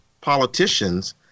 politicians